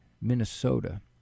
Minnesota